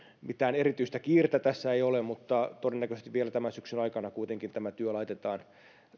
mitään erityistä kiirettä tässä ei ole mutta todennäköisesti vielä tämän syksyn aikana kuitenkin tämä työ laitetaan